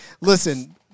listen